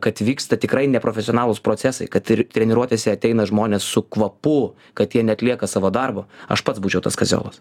kad vyksta tikrai neprofesionalūs procesai kad ir treniruotėse ateina žmonės su kvapu kad jie neatlieka savo darbo aš pats būčiau tas kaziolas